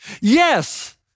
Yes